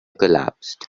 collapsed